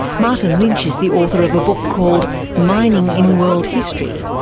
martin lynch is the author of a book called mining in world history.